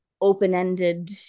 open-ended